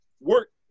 work